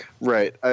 Right